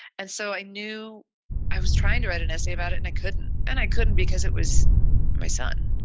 and so i knew i was trying to write an essay about it, and i couldn't. and i couldn't because it was my son.